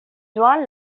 doit